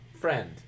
friend